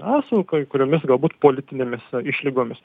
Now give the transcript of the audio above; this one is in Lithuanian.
na su kai kuriomis galbūt politinėmis išlygomis